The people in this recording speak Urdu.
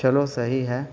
چلو صحیح ہے